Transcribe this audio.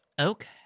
Okay